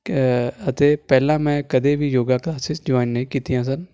ਅਤੇ ਪਹਿਲਾਂ ਮੈਂ ਕਦੇ ਵੀ ਯੋਗਾ ਕਲਾਸਿਜ਼ ਜੁਆਇਨ ਨਹੀਂ ਕੀਤੀਆਂ ਸਨ